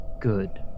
Good